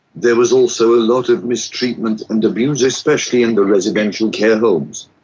there was also a lot of mistreatment and abuse, especially in the residential care homes.